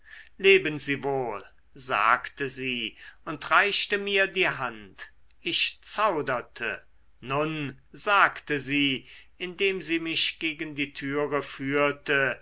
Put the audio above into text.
leben sie wohl sagte sie und reichte mir die hand ich zauderte nun sagte sie indem sie mich gegen die türe führte